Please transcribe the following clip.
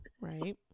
Right